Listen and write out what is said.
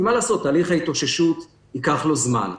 כי מה לעשות, תהליך ההתאוששות ייקח לו זמן,